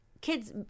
Kids